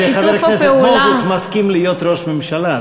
חבר הכנסת מוזס מסכים להיות ראש ממשלה.